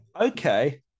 Okay